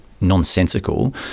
nonsensical